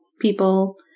people